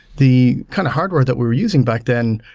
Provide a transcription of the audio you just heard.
the kind of hardware that we're using back then,